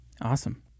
Awesome